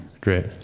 Great